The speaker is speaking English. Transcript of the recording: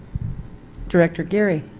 director geary